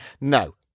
No